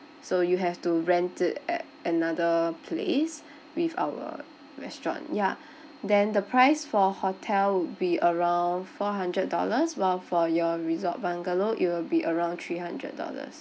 so you have to rent it at another place with our restaurant ya then the price for hotel would be around four hundred dollars while for your resort bungalow it'll be around three hundred dollars